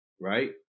right